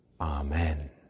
Amen